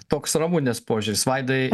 toks ramunės požiūris vaidai